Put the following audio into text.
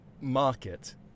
market